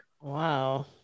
Wow